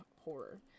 horror